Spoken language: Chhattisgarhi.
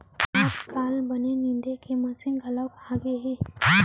आजकाल बन निंदे के मसीन घलौ आगे हे